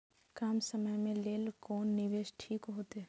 कम समय के लेल कोन निवेश ठीक होते?